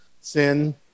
sin